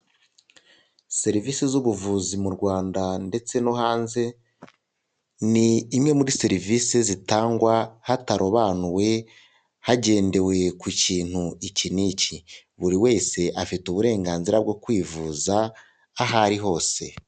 Serivisi z'ubuvuzi mu Rwanda ndetse no hanze ni imwe muri serivisi zitangwa hatarobanuwe hagendewe ku kintu iki n'iki buri wese afite uburenganzira bwo kwivuza aho ari hose.